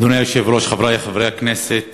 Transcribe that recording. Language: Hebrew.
אדוני היושב-ראש, חברי חברי הכנסת,